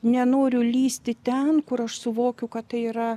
nenoriu lįsti ten kur aš suvokiu kad tai yra